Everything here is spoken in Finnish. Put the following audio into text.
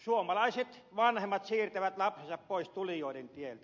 suomalaiset vanhemmat siirtävät lapsensa pois tulijoiden tieltä